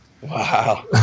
Wow